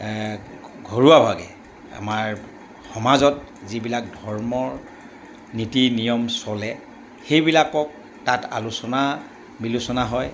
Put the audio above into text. ঘৰুৱাভাৱে আমাৰ সমাজত যিবিলাক ধৰ্মৰ নীতি নিয়ম চলে সেইবিলাকক তাত আলোচনা বিলোচনা হয়